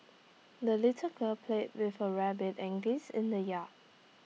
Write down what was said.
the little girl played with her rabbit and geese in the yard